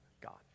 God